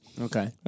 Okay